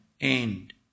end